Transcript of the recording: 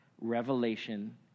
revelation